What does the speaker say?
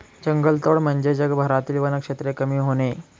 जंगलतोड म्हणजे जगभरातील वनक्षेत्र कमी होणे